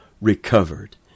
recovered